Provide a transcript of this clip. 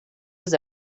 was